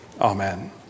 Amen